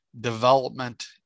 development